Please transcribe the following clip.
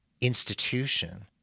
institution